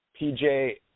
PJ